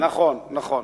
נכון, נכון.